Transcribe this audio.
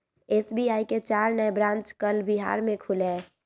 SBI के चार नए ब्रांच कल बिहार में खुलय